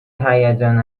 هیجان